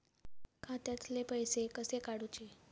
खात्यातले पैसे कसे काडूचे?